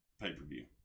pay-per-view